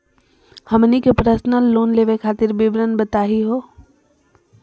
हमनी के personal loan लेवे खातीर विवरण बताही हो?